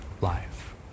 life